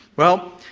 well,